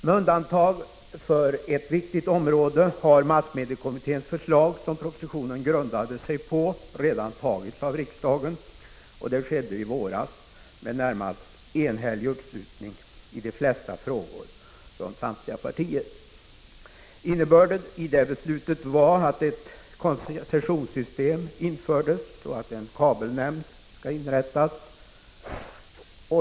Med undantag för ett viktigt område har massmediekommitténs förslag, som propositionen grundade sig på, redan antagits av riksdagen. Det skedde i våras, med närmast enhällig uppslutning i de flesta frågor från partierna. Innebörden i det beslutet var att ett koncessionssystem infördes och att en kabelnämnd skall inrättas.